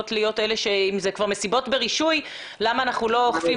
בכל המסיבות בחוץ